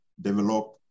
develop